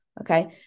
Okay